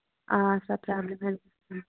اَدٕ سا